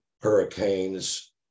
hurricanes